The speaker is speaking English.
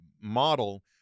model